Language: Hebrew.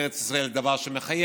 וארץ ישראל זה דבר שמחייב.